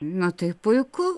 na tai puiku